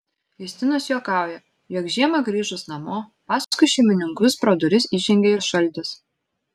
justinas juokauja jog žiemą grįžus namo paskui šeimininkus pro duris įžengia ir šaltis